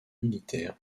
militaire